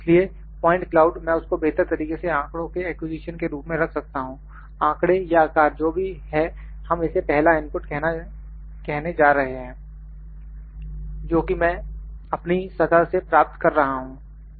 इसलिए point cloud मैं उसको बेहतर तरीके से आंकड़ों के एक्विजिशन के रूप में रख सकता हूं आंकड़े या आकार जो भी है हम इसे पहला इनपुट कहना जा रहे हैं जोकि मैं अपनी सतह से प्राप्त कर रहा हूं